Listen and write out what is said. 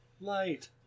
light